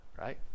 right